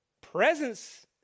presence